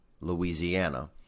Louisiana